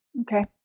okay